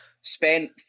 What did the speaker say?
spent